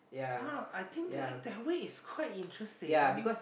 !huh! I think that that way is quite interesting